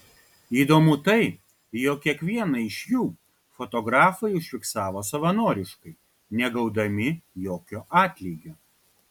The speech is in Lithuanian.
įdomu tai jog kiekvieną iš jų fotografai užfiksavo savanoriškai negaudami jokio atlygio